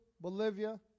Bolivia